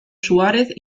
suárez